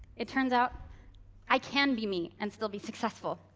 it turns out i can be me and still be successful.